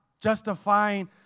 justifying